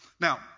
Now